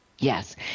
Yes